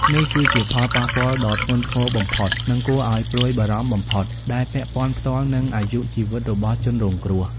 នេះគឺជាផលប៉ះពាល់ដ៏ធ្ងន់ធ្ងរបំផុត និងគួរឲ្យព្រួយបារម្ភបំផុត ដែលពាក់ព័ន្ធផ្ទាល់នឹងអាយុជីវិតរបស់ជនរងគ្រោះ។